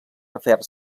refer